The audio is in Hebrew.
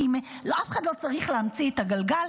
אף אחד לא צריך להמציא את הגלגל.